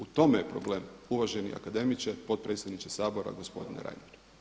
U tome je problem uvaženi akademiče, potpredsjedniče Sabora gospodine Reiner.